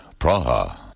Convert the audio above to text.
Praha